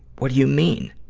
what do you mean?